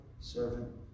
servant